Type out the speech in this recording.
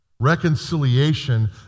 Reconciliation